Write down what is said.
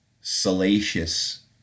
salacious